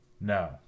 no